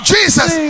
Jesus